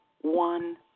one